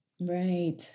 right